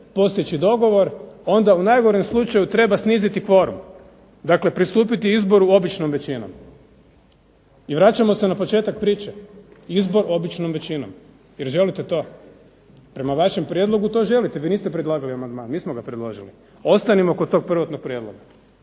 postići dogovor, onda u najgorem slučaju treba sniziti kvorum, dakle pristupiti izboru običnom većinom. I vraćamo se na početak priče, izbor običnom većinom. Jel želite to? Prema vašem prijedlogu vi želite. Vi niste predlagali amandman. Mi smo ga predložili. Ostanimo kod tog prvotnog prijedloga